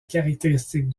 caractéristique